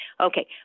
Okay